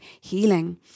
healing